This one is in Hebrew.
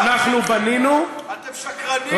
אתם שקרנים.